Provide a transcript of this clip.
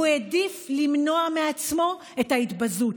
הוא העדיף למנוע מעצמו את ההתבזות.